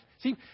See